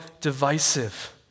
divisive